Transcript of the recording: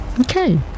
Okay